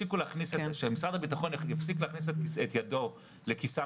שמשרד הביטחון יפסיק להכניס את ידו לכיסם